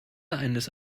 eines